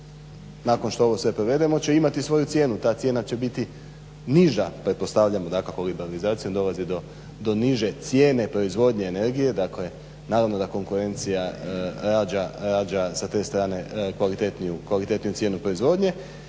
nakon što sve ovo provedemo će imati svoju cijenu. Ta cijena će biti niža pretpostavljamo dakako liberalizacijom dolazi do niže cijene proizvodnje energije dakle naravno da konkurencija rađa sa te strane kvalitetniju cijenu proizvodnje